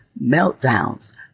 meltdowns